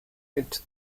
into